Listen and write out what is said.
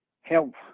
help